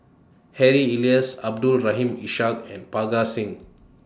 Harry Elias Abdul Rahim Ishak and Parga Singh